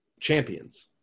Champions